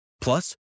Plus